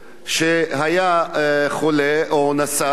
שהיה חולה או נשא,